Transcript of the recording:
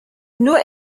nur